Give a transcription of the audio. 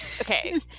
okay